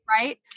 right